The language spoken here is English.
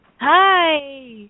Hi